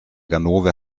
ganove